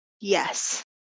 Yes